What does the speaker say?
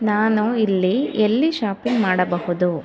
ನಾನು ಇಲ್ಲಿ ಎಲ್ಲಿ ಶಾಪಿಂಗ್ ಮಾಡಬಹುದು